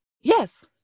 yes